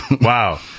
Wow